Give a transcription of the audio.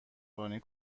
رانی